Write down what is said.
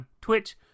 Twitch